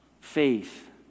Faith